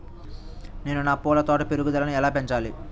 నేను నా పూల తోట పెరుగుదలను ఎలా పెంచాలి?